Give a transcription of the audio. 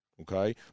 Okay